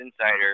Insider